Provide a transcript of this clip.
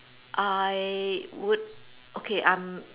I would okay I'm